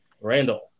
Randall